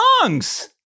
songs